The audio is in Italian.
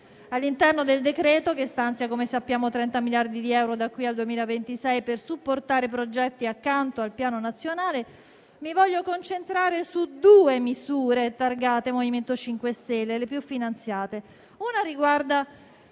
All'interno del decreto, che - come sappiamo - stanzia 30 miliardi di euro da qui al 2026 per supportare progetti accanto al Piano nazionale, mi voglio concentrare su due misure targate MoVimento 5 Stelle, le più finanziate. Una riguarda